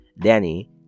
Danny